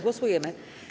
Głosujemy.